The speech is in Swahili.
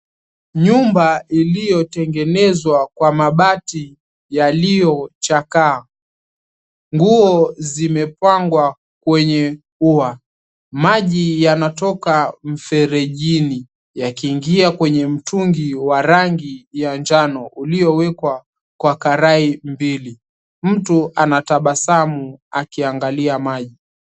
Nyumba iliyotengenezwa kwa mabati yaliyochakaa. Nguo zimepangwa kwenye ua. Maji yanatoka mferejini yakiingia kwenye mtungi wa rangi ya njano uliowekwa kwa karai mbili. Mtu anatabasamu akiangalia maji.